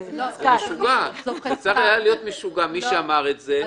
היה צריך להיות משוגע מי שאמר את זה,